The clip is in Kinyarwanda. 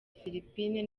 philippines